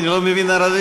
כי אני לא מבין ערבית.